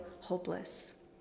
hopeless